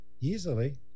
easily